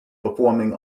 performing